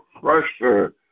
pressure